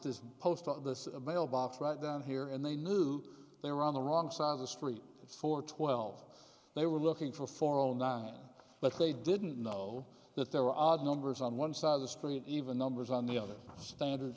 post this mailbox right down here and they knew they were on the wrong side of the street for twelve they were looking for four zero nine but they didn't know that there were odd numbers on one side of the street even numbers on the other standard